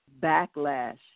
backlash